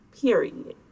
period